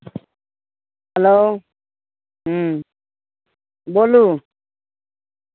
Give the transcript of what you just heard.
hello ह्म्म बोलू